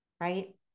right